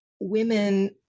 women